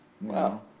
Wow